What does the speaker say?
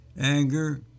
anger